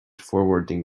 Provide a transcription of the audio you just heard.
forwarding